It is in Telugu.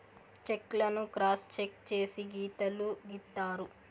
చెక్ లను క్రాస్ చెక్ చేసి గీతలు గీత్తారు